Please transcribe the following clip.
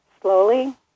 Slowly